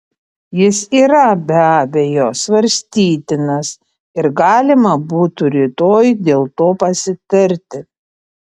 jis yra be abejo svarstytinas ir galima būtų rytoj dėl to pasitarti